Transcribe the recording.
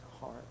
heart